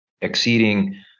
exceeding